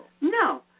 No